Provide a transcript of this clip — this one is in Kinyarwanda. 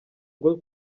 ngo